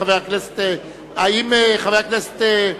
התשס"ט 2009,